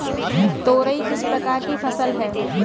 तोरई किस प्रकार की फसल है?